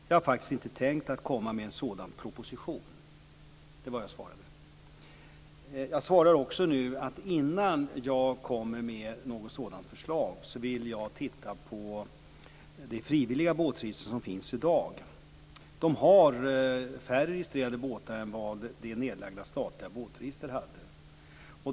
Jag har faktiskt inte tänkt att komma med en sådan proposition." Det är vad jag svarade. Jag svarar också nu att jag innan jag kommer med något sådant förslag vill titta på det frivilliga båtregister som finns i dag. Det har färre registrerade båtar än vad det nedlagda båtregistret hade.